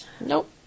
Nope